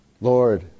Lord